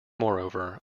moreover